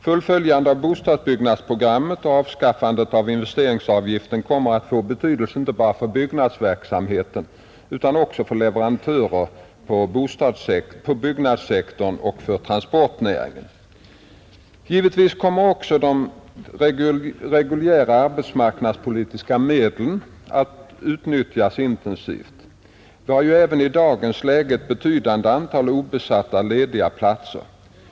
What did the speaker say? Fullföljandet av bostadsbyggnadsprogrammet och avskaffandet av investeringsavgiften kommer att få betydelse inte bara för byggnadsverksamheten utan också för leverantörer på byggnadssektorn och för transportnäringen, Givetvis kommer också de reguljära arbetsmarknadspolitiska medlen att utnyttjas intensivt. Vi har ju även i dagens läge ett betydande antal obesatta lediga platser.